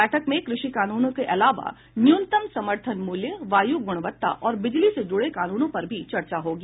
बैठक में कृषि कानूनों के आलावा न्यूनतम समर्थन मूल्य वायु गुणवत्ता और बिजली से जुड़े कानूनों पर भी चर्चा होगी